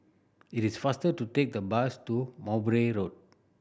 it is faster to take the bus to Mowbray Road